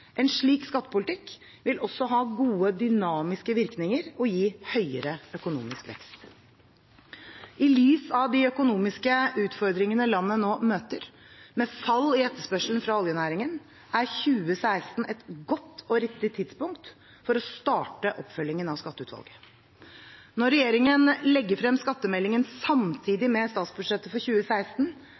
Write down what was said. En slik skattepolitikk vil også ha gode dynamiske virkninger og gi høyere økonomisk vekst. I lys av de økonomiske utfordringene landet nå møter, med fall i etterspørselen fra oljenæringen, er 2016 et godt og riktig tidspunkt for å starte oppfølgingen av Skatteutvalget. Når regjeringen legger frem skattemeldingen samtidig med budsjettet for 2016,